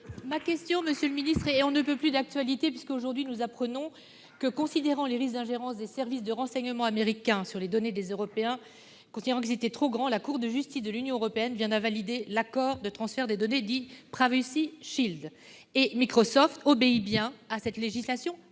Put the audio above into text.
Ma question, monsieur le ministre, est on ne peut plus d'actualité, puisque nous apprenons aujourd'hui que, considérant que les risques d'ingérence des services de renseignement américains sur les données des Européens étaient trop importants, la Cour de justice de l'Union européenne vient d'invalider l'accord de transfert des données dit. Et Microsoft obéit bien à la législation